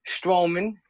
Strowman